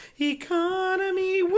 Economy